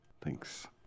Thanks